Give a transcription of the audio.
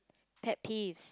pet peeves